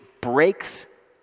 breaks